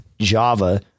Java